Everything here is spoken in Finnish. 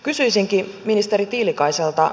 kysyisinkin ministeri tiilikaiselta